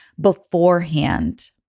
beforehand